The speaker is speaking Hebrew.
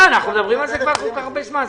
מדברים על זה כל כך הרבה זמן.